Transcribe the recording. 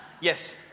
yes